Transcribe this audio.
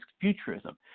futurism